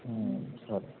సరే